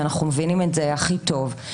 ואנחנו מבינים את זה הכי טוב,